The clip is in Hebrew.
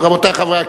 רבותי חברי הכנסת,